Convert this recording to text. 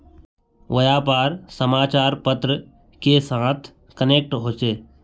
व्यापार समाचार पत्र के साथ कनेक्ट होचे?